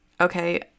Okay